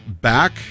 back